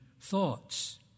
thoughts